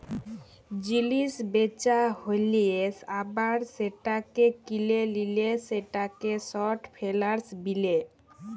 জিলিস বেচা হ্যালে আবার সেটাকে কিলে লিলে সেটাকে শর্ট ফেলালস বিলে